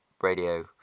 Radio